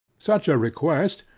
such a request,